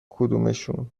کدومشون